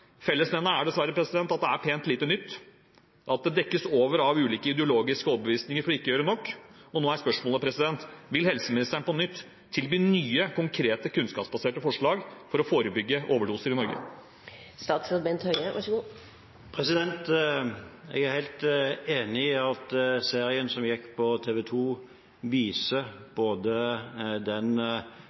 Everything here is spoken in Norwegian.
er dessverre at det er fint lite nytt, at det dekkes over av ulike ideologiske overbevisninger for ikke å gjøre nok, og da er spørsmålet: Vil helseministeren på nytt tilby nye, konkrete kunnskapsbaserte forslag for å forebygge overdoser i Norge? Jeg er helt enig i at serien som gikk på TV 2, viste den